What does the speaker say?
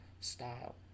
style